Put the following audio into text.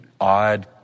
odd